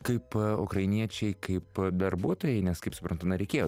kaip ukrainiečiai kaip darbuotojai nes kaip suprantu na reikėjo